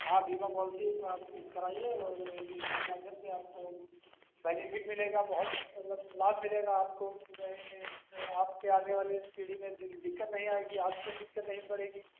हाँ बीमा पॉलिसी एक ठो आप कराइए और इसके माध्यम से आपको बैनीफ़िट मिलेगा बहुत मतलब लाभ मिलेगा आपको उसमें इसमें आपके आने वाले पीढ़ी में दिन दिक्कत नहीं आएगी आपके दिक्कत नहीं पड़ेगी